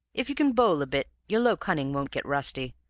if you can bowl a bit your low cunning won't get rusty,